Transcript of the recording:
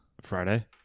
Friday